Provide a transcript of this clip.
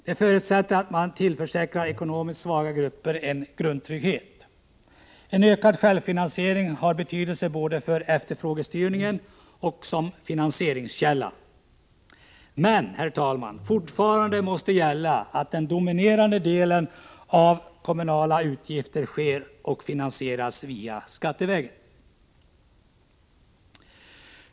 Det förutsätter att man tillförsäkrar ekonomiskt svaga grupper en grundtrygghet. En ökad självfinansiering har betydelse både för efterfrågestyrningen och som finansieringskälla. Men, herr talman, fortfarande måste gälla att den dominerande delen av de kommunala utgifterna finansieras skattevägen.